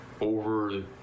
over